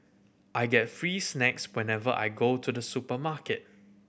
I get free snacks whenever I go to the supermarket